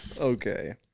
Okay